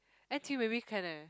n_t_u maybe can eh